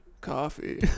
Coffee